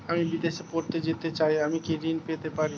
আমি বিদেশে পড়তে যেতে চাই আমি কি ঋণ পেতে পারি?